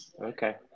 Okay